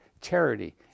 charity